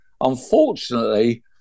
unfortunately